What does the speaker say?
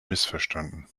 missverstanden